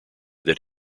that